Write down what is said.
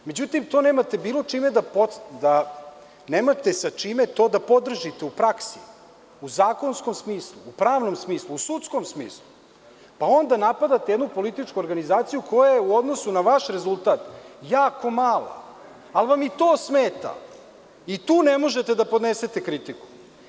Međutim, to nemate sa čime da podržite u praksi, u zakonskom smislu, u pravnom smislu, u sudskom smislu, pa onda napadate jednu političku organizaciju koja je u odnosu na vaš rezultat jako mala, ali vam i to smeta i tu ne možete da podnesete kritiku.